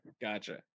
Gotcha